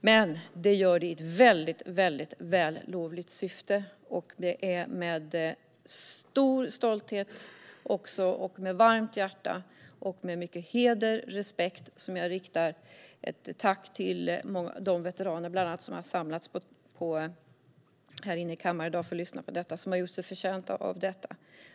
Men detta görs i ett väldigt vällovligt syfte. Det är med stor stolthet, med ett varmt hjärta och med mycket heder och respekt som jag riktar ett tack till bland annat de veteraner som har samlats i kammaren i dag för att lyssna på debatten och som har gjort sig förtjänta av detta.